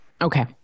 okay